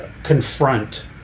confront